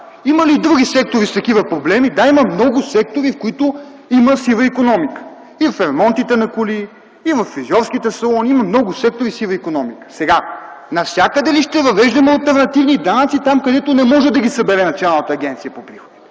Има ли други сектори с такива проблеми? Да, има много сектори, в които има сива икономика – и в ремонтите на коли, и във фризьорските салони, има много сектори със сива икономика. Навсякъде ли ще въвеждаме алтернативни данъци там, където не може да ги събере Националната агенция по приходите?